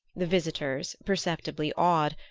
the visitors, perceptibly awed,